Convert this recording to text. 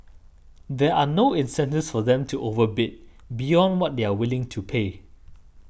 there are no incentives for them to overbid beyond what they are willing to pay